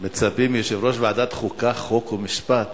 מצפים מיושב-ראש ועדת חוקה, חוק ומשפט